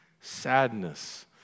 sadness